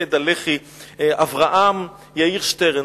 מפקד הלח"י אברהם יאיר שטרן.